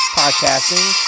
Podcasting